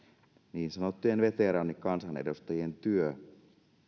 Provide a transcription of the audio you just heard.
niin sanottujen veteraanikansanedustajien työ